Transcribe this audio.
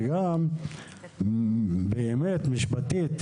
וגם משפטית,